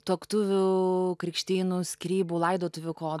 tuoktuvių krikštynų skyrybų laidotuvių ko